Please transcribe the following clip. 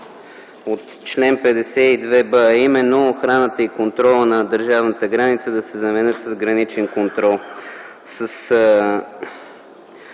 от чл. 52б, а именно: „охраната и контролът на държавната граница” да се замени с „граничен контрол”.